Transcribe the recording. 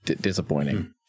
disappointing